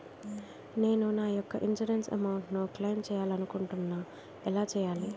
నేను నా యెక్క ఇన్సురెన్స్ అమౌంట్ ను క్లైమ్ చేయాలనుకుంటున్నా ఎలా చేయాలి?